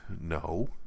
No